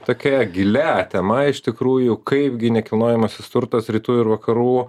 tokia gilia tema iš tikrųjų kaipgi nekilnojamasis turtas rytų ir vakarų